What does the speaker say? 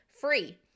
free